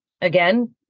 Again